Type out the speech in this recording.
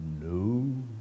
No